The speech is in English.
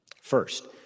First